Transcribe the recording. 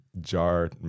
jar